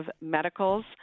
medicals